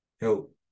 help